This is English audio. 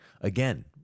again